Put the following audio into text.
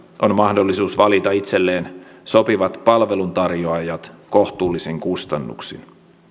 on mahdollisuus valita itselleen sopivat palveluntarjoajat kohtuullisin kustannuksin